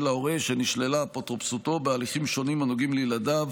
ההורה שנשללה אפוטרופסותו בהליכים שונים הנוגעים לילדיו,